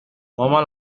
maman